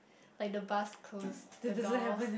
like the bus close the door